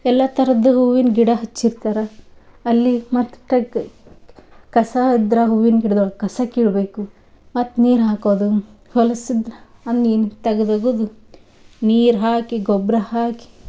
ಎಲ್ಲ ಥರದ್ದು ಹೂವಿನ ಗಿಡ ಹಚ್ಚಿರ್ತಾರೆ ಅಲ್ಲಿ ಮತ್ತು ಟಗ್ ಕಸ ಇದ್ರ ಹೂವಿನ ಗಿಡದೊಳ್ಗ ಕಸ ಕೀಳಬೇಕು ಮತ್ತೆ ನೀರು ಹಾಕೋದು ಹೊಲ್ಸಿದ ಅಂಬಿನ ತೆಗ್ದು ಒಗುದು ನೀರು ಹಾಕಿ ಗೊಬ್ಬರ ಹಾಕಿ